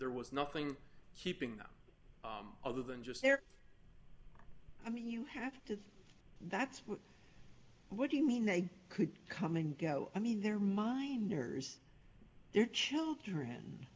there was nothing keeping them other than just there i mean you have to that's what do you mean they could come and go i mean they're minors they're children